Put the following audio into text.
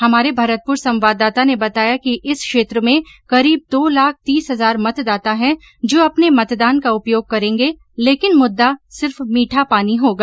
हमारे भरतपुर संवाददाता ने बताया कि इस क्षेत्र में करीब दो लाख तीस हजार मतदाता है जो अपने मतदान का उपयोग करेंगे लेकिन मुद्दा सिर्फ मीठा पानी होगा